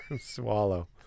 Swallow